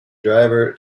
driver